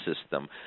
system